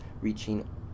reaching